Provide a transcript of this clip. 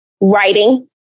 Writing